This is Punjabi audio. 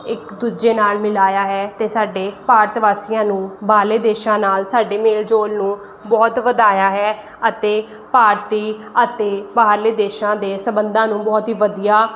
ਇੱਕ ਦੂਜੇ ਨਾਲ ਮਿਲਾਇਆ ਹੈ ਅਤੇ ਸਾਡੇ ਭਾਰਤ ਵਾਸੀਆਂ ਨੂੰ ਵਾਲੇ ਦੇਸ਼ਾਂ ਨਾਲ ਸਾਡੇ ਮੇਲ ਜੋੜ ਨੂੰ ਬਹੁਤ ਵਧਾਇਆ ਹੈ ਅਤੇ ਭਾਰਤੀ ਅਤੇ ਬਾਹਰਲੇ ਦੇਸ਼ਾਂ ਦੇ ਸੰਬੰਧਾਂ ਨੂੰ ਬਹੁਤ ਈ ਵਧੀਆ